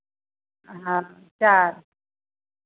हँ चारि